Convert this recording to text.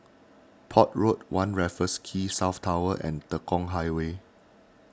Port Road one Raffles Quay South Tower and Tekong Highway